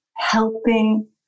helping